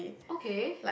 okay